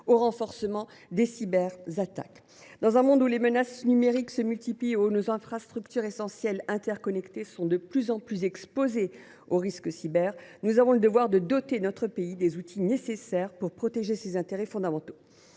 au renforcement des cyberattaques. Dans un monde où les menaces numériques se multiplient et où nos infrastructures essentielles interconnectées sont de plus en plus exposées au risque cyber, nous avons le devoir de doter notre pays des outils nécessaires pour protéger ses intérêts fondamentaux.